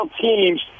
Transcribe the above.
teams –